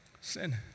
Sin